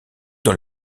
dans